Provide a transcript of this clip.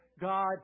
God